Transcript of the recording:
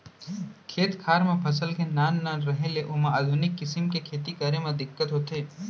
खेत खार म फसल के नान नान रहें ले ओमा आधुनिक किसम के खेती करे म दिक्कत होथे